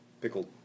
pickled